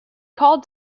called